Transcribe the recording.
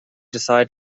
decided